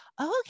okay